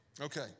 Okay